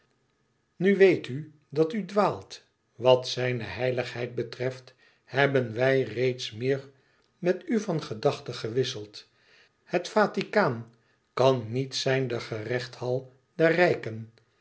u weet u dat u dwaalt wat zijne heiligheid betreft hebben wij reeds meer met u van gedachte gewisseld het vaticaan kan niet zijn de gerechthal der